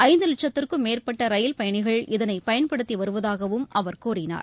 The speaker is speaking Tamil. ஐந்து வட்சத்திற்கும் மேற்பட்ட ரயில் பயணிகள் இதனை பயன்படுத்தி வருவதாகவும் அவர் கூறினார்